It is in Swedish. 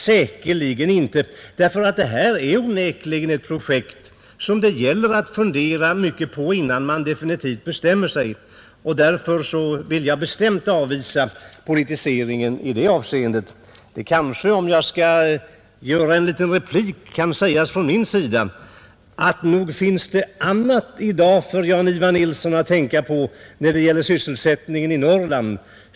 Säkerligen hade så inte varit fallet. Detta är onekligen ett projekt som det gäller att fundera mycket på innan man definitivt bestämmer sig. Därför vill jag bestämt avvisa denna politisering av frågan. Jag skulle som en motreplik kunna säga, att nog finns det i dag annat för herr Jan-Ivan Nilsson att tänka på när det gäller sysselsättningen i Norrland.